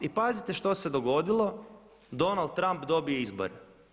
I pazite što se dogodilo, Donald Trump dobije izbore.